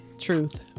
truth